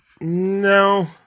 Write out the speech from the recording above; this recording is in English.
No